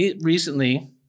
Recently